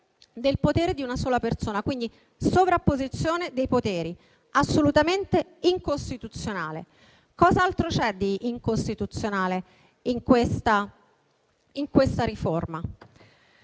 del potere di una sola persona, quindi con una sovrapposizione dei poteri assolutamente incostituzionale. Ma vediamo cos'altro c'è di incostituzionale in questa riforma.